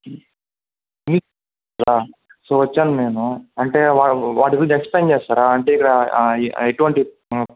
so వచ్చాను నేను అంటే వాటి గురించి ఎక్స్ప్లెయిన్ చేస్తారా అంటే ఇక్కడ ఎటువంటి